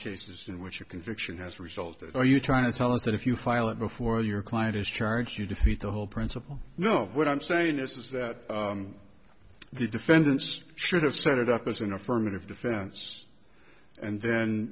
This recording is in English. cases in which a conviction has resulted are you trying to tell us that if you file it before your client is charged you defeat the whole principle you know what i'm saying is that the defendants should have set it up as an affirmative defense and then